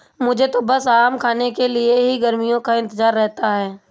मुझे तो बस आम खाने के लिए ही गर्मियों का इंतजार रहता है